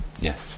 Yes